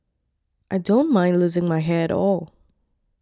I don't mind losing my hair at all